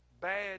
bad